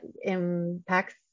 impacts